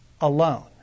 alone